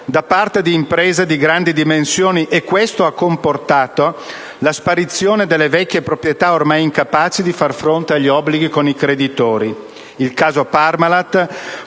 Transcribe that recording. da parte di imprese di grandi dimensioni e questo ha comportato la sparizione della vecchia proprietà, ormai incapace di far fronte agli obblighi con i creditori. Il caso Parmalat